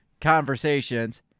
Conversations